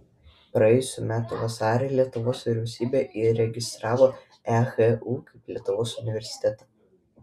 praėjusių metų vasarį lietuvos vyriausybė įregistravo ehu kaip lietuvos universitetą